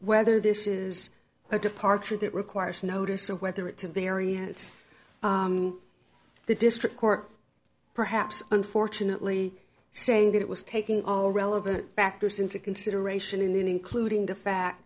whether this is a departure that requires notice or whether it's a very it's the district court perhaps unfortunately saying that it was taking all relevant factors into consideration in the in including the fact